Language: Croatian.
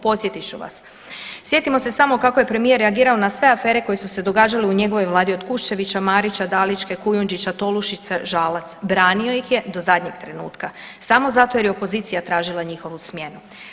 Podsjetit ću vas, sjetimo se samo kako je premijer reagirao na sve afere koje su se događale u njegovoj vladi od Kuščevića, Marića, Dalićke, Kujundžića, Tolušića, Žalac, branio ih je do zadnjeg trenutka samo zato jer je opozicija tražila njihovu smjenu.